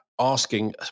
asking